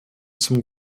zum